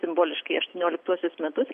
simboliškai aštuonioliktuosius metus